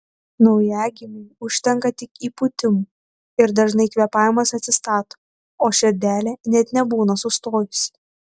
naujagimiui užtenka tik įpūtimų ir dažnai kvėpavimas atsistato o širdelė net nebūna sustojusi